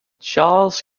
charles